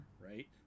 right